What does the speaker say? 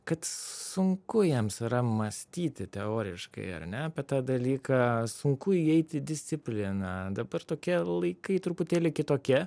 kad sunku jiems yra mąstyti teoriškai ar ne apie tą dalyką sunku įeiti į discipliną dabar tokie laikai truputėlį kitokie